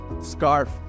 scarf